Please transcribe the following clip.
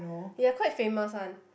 ya quite famous one